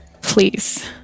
Please